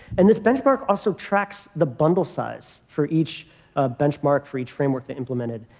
and this benchmark also tracks the bundle size for each benchmark for each framework they implemented.